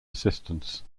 assistance